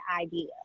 idea